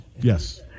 Yes